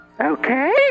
Okay